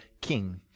king